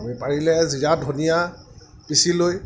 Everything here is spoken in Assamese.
আমি পাৰিলে জিৰা ধনিয়া পিছি লৈ